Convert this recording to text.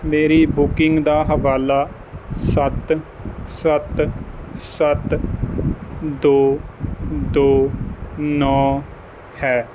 ਮੇਰੀ ਬੁਕਿੰਗ ਦਾ ਹਵਾਲਾ ਸੱਤ ਸੱਤ ਸੱਤ ਦੋ ਦੋ ਨੌਂ ਹੈ